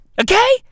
Okay